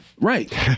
Right